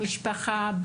משפחה,